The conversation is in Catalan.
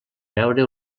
veure